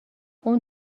اون